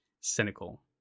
cynical